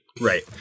right